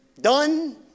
done